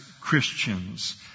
Christians